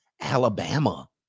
Alabama